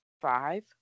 Five